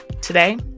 Today